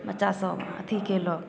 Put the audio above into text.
बच्चासब अथी केलक